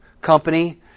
company